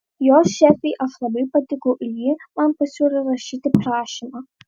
jos šefei aš labai patikau ir ji man pasiūlė rašyti prašymą